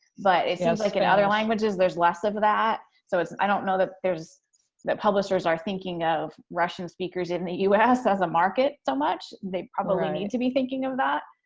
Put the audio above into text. but it's you know it's like in other languages, there's less of that so it's i don't know that there's that publishers are thinking of russian speakers in the u s. as a market so much. they probably need to be thinking of that.